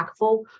impactful